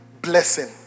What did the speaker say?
blessing